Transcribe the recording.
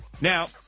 Now